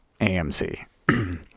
AMC